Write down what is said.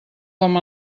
com